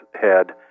head